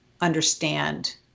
understand